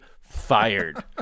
fired